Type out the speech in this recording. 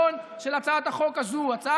אתה הגשת את החוק הזה אחרי